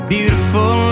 Beautiful